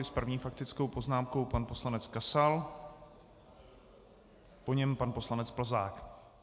S první faktickou poznámkou pan poslanec Kasal, po něm pan poslanec Plzák.